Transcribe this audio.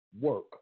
work